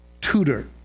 tutor